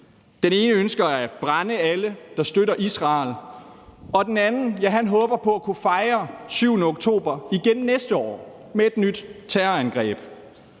Den ene ønsker at brænde alle, der støtter Israel, og den anden håber på at kunne fejre den 7. oktober igen næste år med et nyt terrorangreb.